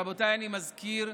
רבותיי, אני מזכיר,